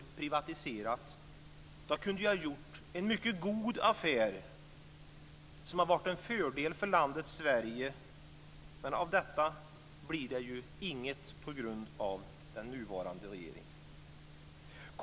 Men av detta blir det inget på grund av den nuvarande regeringen.